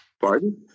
Pardon